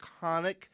iconic